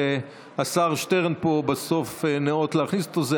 והשר שטרן פה בסוף ניאות להכניס אותו.